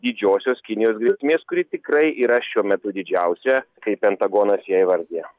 didžiosios kinijos grėsmės kuri tikrai yra šiuo metu didžiausia kaip pentagonas ją įvardija